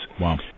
Wow